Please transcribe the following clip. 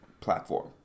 platform